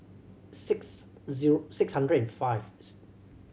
six zero six hundred and fifth